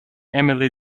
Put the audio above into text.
emily